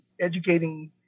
educating